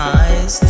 eyes